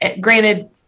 granted